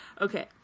Okay